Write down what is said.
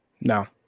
No